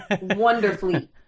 wonderfully